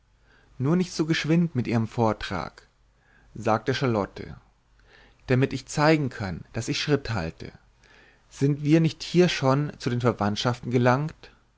nur nicht zu geschwind mit ihrem vortrag sagte charlotte damit ich zeigen kann daß ich schritt halte sind wir nicht hier schon zu den verwandtschaften gelangt